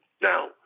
Now